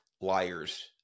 liars